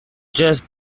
just